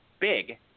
big